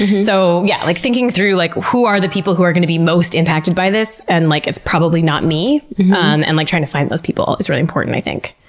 so yeah, like thinking through like who are the people who are going to be most impacted by this and like it's probably not me um and like trying to find those people is really important, i think.